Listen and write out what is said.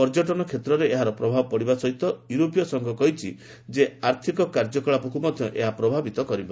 ପର୍ଯ୍ୟଟନ କ୍ଷେତ୍ରରେ ଏହାର ପ୍ରଭାବ ପଡିବା ସହିତ ୟୁରୋପୀୟ ସଂଘ କହିଛି ଯେ ଆର୍ଥକ କାର୍ଯ୍ୟକଳାପକୁ ମଧ୍ୟ ଏହା ପ୍ରଭାବିତ କରିବ